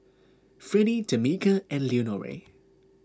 Freddie Tamika and Leonore